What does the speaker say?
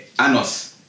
Anos